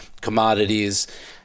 Commodities